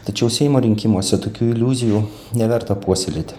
tačiau seimo rinkimuose tokių iliuzijų neverta puoselėti